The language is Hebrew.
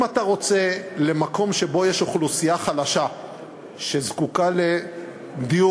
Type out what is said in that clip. אם אתה רוצה להביא למקום שיש בו אוכלוסייה חלשה שזקוקה לדיור,